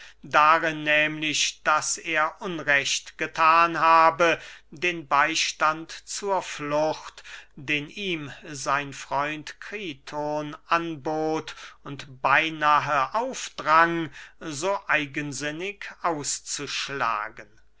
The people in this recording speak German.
darin nehmlich daß er unrecht gethan habe den beystand zur flucht den ihm sein freund kriton anbot und beynahe aufdrang so eigensinnig auszuschlagen